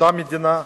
אותה המדינה,